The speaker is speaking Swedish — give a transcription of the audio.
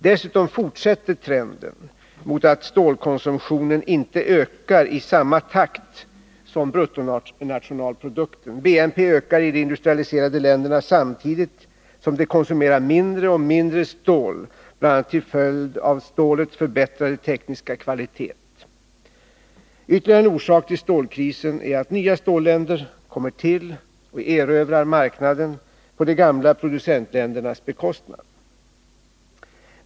Dessutom fortsätter trenden mot att stålkonsumtionen inte ökar i samma takt som bruttonationalprodukten. BNP ökar i de industrialiserade länderna samtidigt som de konsumerar mindre och mindre stål, bl.a. till följd av stålets förbättrade tekniska kvalitet. Ytterligare en orsak till stålkrisen är att nya stålländer kommer till och erövrar marknaden på de gamla producentländernas bekostnad.